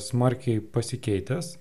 smarkiai pasikeitęs